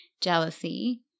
jealousy